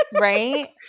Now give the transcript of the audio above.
Right